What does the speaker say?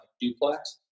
duplex